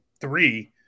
Three